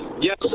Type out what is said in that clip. yes